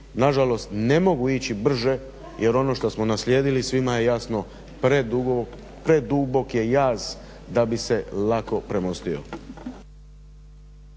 nažalost ne mogu ići brže jer ono što smo naslijedili svima je jasno predubok je jaz da bi se lako premostio.